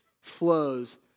flows